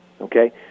Okay